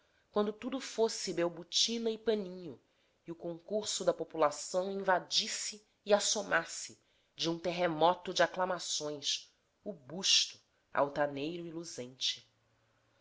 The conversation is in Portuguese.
quando tudo fosse belbutina e paninho e o concurso da população invadisse e assomasse de um terremoto de aclamações o busto altaneiro e luzente certo